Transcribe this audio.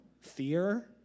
Fear